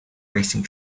racing